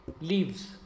leaves